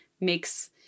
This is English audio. makes